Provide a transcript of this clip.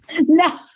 No